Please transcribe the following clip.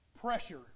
Pressure